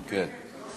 כן.